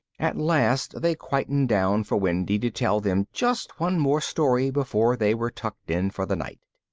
at last they quietened down for wendy to tell them just one more story before they were tucked in for the night.